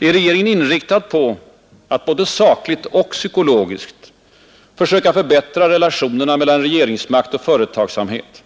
Är regeringen inriktad på att bäde sakligt och psykologiskt söka förbättra relationerna mellan regeringsmakt och företagsamhet,